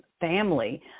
family